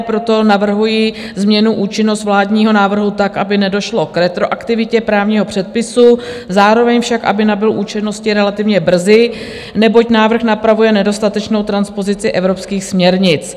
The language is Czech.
Proto navrhuji změnu účinnosti vládního návrhu tak, aby nedošlo k retroaktivitě právního předpisu, zároveň však, aby nabyl účinnosti relativně brzy, neboť návrh napravuje nedostatečnou transpozici evropských směrnic.